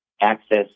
access